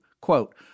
quote